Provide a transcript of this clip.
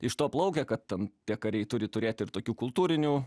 iš to plaukia kad ten tie kariai turi turėti ir tokių kultūrinių